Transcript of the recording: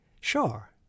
Sure